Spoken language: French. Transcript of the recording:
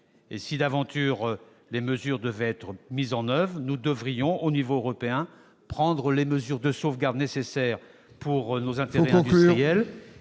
Et si, d'aventure, les mesures annoncées devaient être mises en oeuvre, nous devrions, au niveau européen, prendre les mesures de sauvegarde nécessaires à la défense de nos intérêts industriels.